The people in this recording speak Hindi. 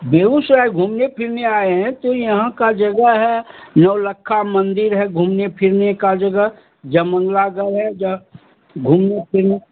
बेगूसराय घूमने फिरने आए हैं तो यहाँ का जगह है नौ लक्खा मंदिर है घूमने फिरने का जगह जमंगलागढ़ है ज घूमने फिरने